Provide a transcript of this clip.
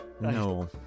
No